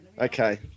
Okay